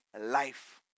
life